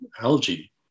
algae